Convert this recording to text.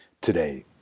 today